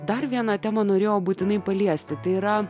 dar viena tema norėjau būtinai paliesti tai yra